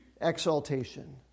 exaltation